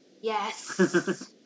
Yes